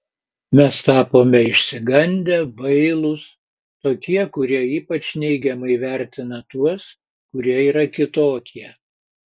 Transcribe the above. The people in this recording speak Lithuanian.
mes tapome išsigandę bailūs tokie kurie ypač neigiamai vertina tuos kurie yra kitokie